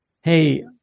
hey